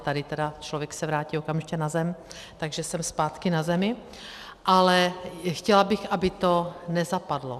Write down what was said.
Tady tedy člověk se vrátí okamžitě na zem, takže jsem zpátky na zemi, ale chtěla bych, aby to nezapadlo.